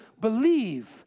believe